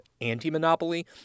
Anti-Monopoly